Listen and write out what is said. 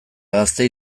gazteei